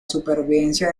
supervivencia